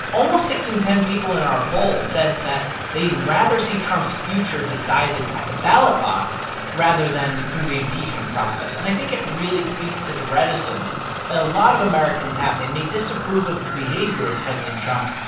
almost six in ten people in our poll said that they'd rather see trump's future decided at the ballot box rather than through the impeachment process. and i think it really speaks to the reticence that a lot of americans have. they may disapprove of the behavior of president trump,